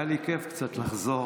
היה לי כיף קצת לחזור,